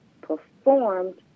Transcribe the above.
performed